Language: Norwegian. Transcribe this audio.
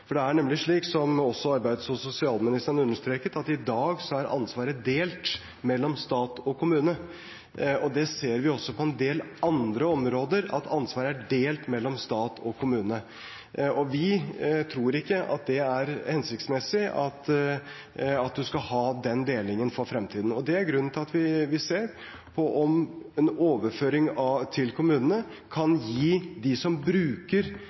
Det er nemlig slik som arbeids- og sosialministeren understreket, at i dag er ansvaret delt mellom stat og kommune. Det ser vi også på en del andre områder, at ansvaret er delt mellom stat og kommune. Vi tror ikke at det er hensiktsmessig at man skal ha den delingen for fremtiden. Det er grunnen til at vi ser på om en overføring til kommunene kan gi dem som bruker